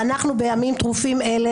ואנחנו בימים טרופים אלה,